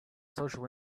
social